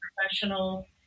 professional